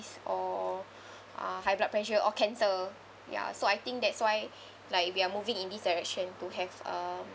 or uh high blood pressure or cancer ya so I think that's why like we are moving in this direction to have uh